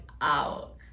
out